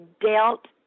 dealt